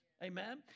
Amen